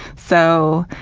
so,